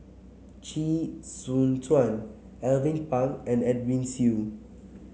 Chee Soon Juan Alvin Pang and Edwin Siew